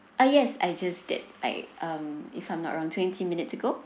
uh yes I just did like um if I'm not wrong twenty minutes ago